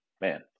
man